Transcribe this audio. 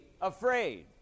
afraid